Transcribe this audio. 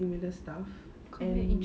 similar stuff and